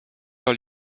par